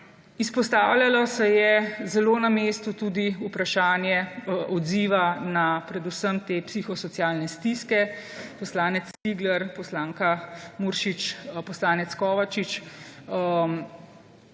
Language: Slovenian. Izpostavljalo se je, zelo na mestu, tudi vprašanje odziva predvsem na te psihosocialne stiske. Poslanec Cigler, poslanka Muršič, poslanec Kovačič,